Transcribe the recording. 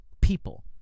people